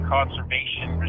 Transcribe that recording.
Conservation